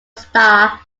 star